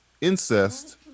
incest